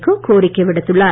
கோ கோரிக்கை விடுத்துள்ளார்